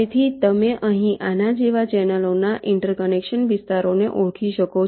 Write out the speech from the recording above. તેથી તમે અહીં આના જેવા ચેનલોના ઇન્ટરકનેક્શન વિસ્તારોને ઓળખી શકો છો